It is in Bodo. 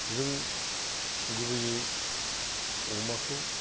जों गुबैयै अमाखौ